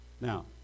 Now